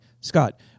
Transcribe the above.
Scott